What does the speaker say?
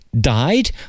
died